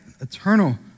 eternal